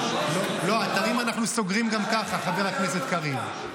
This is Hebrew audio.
לא, אתרים אנחנו סוגרים גם ככה, חבר הכנסת קריב.